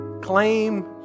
claim